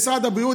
משרד הבריאות,